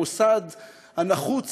המוסד הנחוץ,